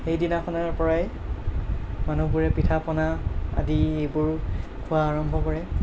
সেইদিনাখনৰপৰাই মানুহবোৰে পিঠাপনা আদি সেইবোৰ খোৱা আৰম্ভ কৰে